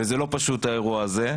וזה לא פשוט האירוע הזה.